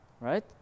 right